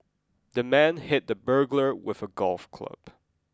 the man hit the burglar with a golf club